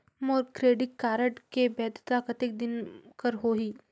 मोर credit card के वैधता कतेक दिन कर होही?